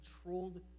controlled